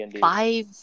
five